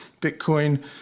Bitcoin